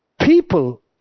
people